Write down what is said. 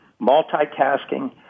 multitasking